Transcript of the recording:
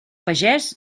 pagès